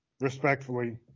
respectfully